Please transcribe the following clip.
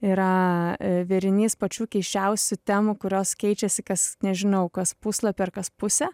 yra vėrinys pačių keisčiausių temų kurios keičiasi kas nežinau kas puslapį ar kas pusę